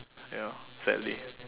ya sadly